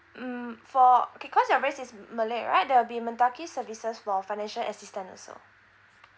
mm for okay cause your race is malay right there'll be mendaki services for financial assistance also